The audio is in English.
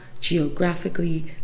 geographically